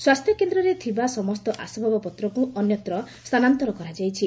ସ୍ୱାସ୍ଥ୍ୟ କେହ୍ରରେ ଥିବା ସମସ୍ତ ଆସବାବ ପତ୍ରକୁ ଅନ୍ୟତ୍ର ସ୍ରାନାନ୍ନର କରାଯାଇଛି